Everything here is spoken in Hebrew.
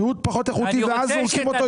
ריהוט פחות איכותי ואז זורקים אותו יותר.